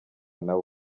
nawe